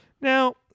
Now